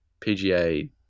PGA